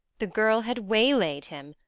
the girl had waylaid him,